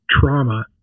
trauma